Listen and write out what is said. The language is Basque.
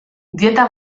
dieta